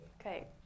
Okay